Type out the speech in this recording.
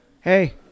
Hey